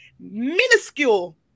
minuscule